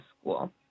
school